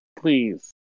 please